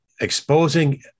exposing